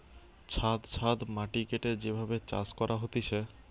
ছাদ ছাদ মাটি কেটে যে ভাবে চাষ করা হতিছে